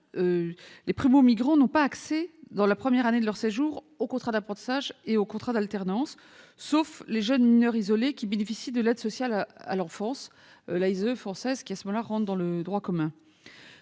les primomigrants n'ont pas droit la première année de leur séjour aux contrats d'apprentissage, ni aux contrats en alternance, sauf les jeunes mineurs isolés bénéficiant de l'aide sociale à l'enfance française, qui entrent dans le droit commun.